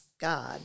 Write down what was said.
God